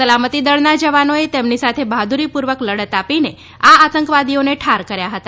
સલામતી દળના જવાનોએ તેમની સાથે બહાદુરીપૂર્વક લડત આપીને આ આતંકવાદીઓને ઠાર કર્યા હતા